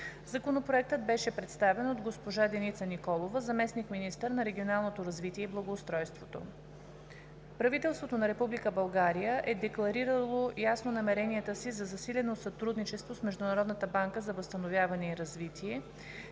Законопроектът беше представен от госпожа Деница Николова – заместник-министър на регионалното развитие и благоустройството. Правителството на Република България е декларирало ясно намеренията си за засилено сътрудничество с Международната банка за възстановяване и развитие